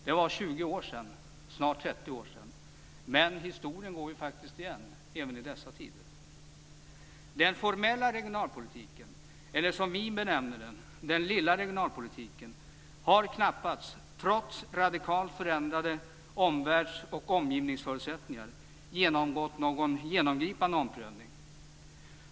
Det var 20, snart 30 år sedan, men historien går faktiskt igen även i dessa tider. Den formella regionalpolitiken eller, som vi benämner den, den lilla regionalpolitiken, har knappast trots radikalt förändrade omvärlds och omgivningsförutsättningar genomgått någon genomgripande omprövning.